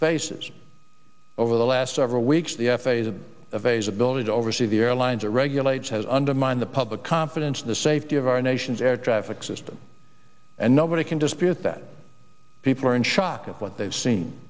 faces over the last several weeks the f a a of a's ability to oversee the airlines or regulates has undermined the public confidence in the safety of our nation's air traffic system and nobody can dispute that people are in shock of what they've seen